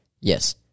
yes